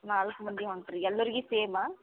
ನಾಲ್ಕು ಮಂದಿ ಹೊಂಟ್ರಿ ಎಲ್ಲರಿಗು ಸೇಮಾ